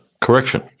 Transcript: Correction